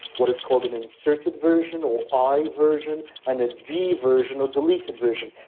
what is called an inserted version, or i version, and a d version or deleted version,